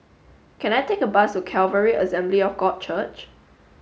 can I take a bus to Calvary Assembly of God Church